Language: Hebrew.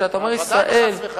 כשאתה אומר ישראל, ודאי חס וחלילה.